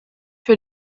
für